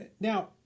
Now